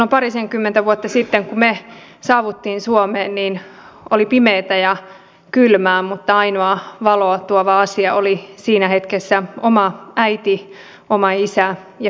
silloin parisenkymmentä vuotta sitten kun me saavuimme suomeen oli pimeää ja kylmää mutta ainoa valoa tuova asia oli siinä hetkessä oma äiti oma isä ja pikkuveli